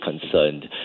concerned